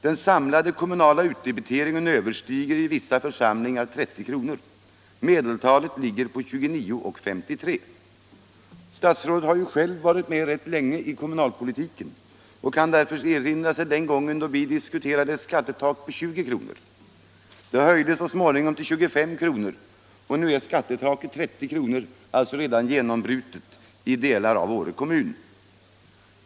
Den samlade kommunala utdebiteringen överstiger i vissa församlingar 30 kr. Medeltalet ligger på 29:53. Statsrådet har ju själv varit med rätt länge även i kommunalpolitiken och kan därför kanske erinra sig att en gång diskuterades ett skattetak på 20 kr. Det höjdes så småningom till 25 kr., och nu är skattetaket 30 kr., alltså redan genombrutet i delar av Åre kommun.